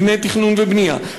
דיני תכנון ובנייה,